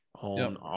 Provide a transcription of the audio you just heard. on